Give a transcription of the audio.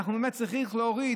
באמת צריך להוריד,